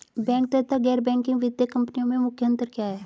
Bank तथा गैर banking वित्तीय कंपनियों में मुख्य अंतर क्या है?